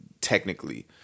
technically